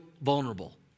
vulnerable